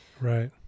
right